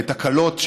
בתקלות,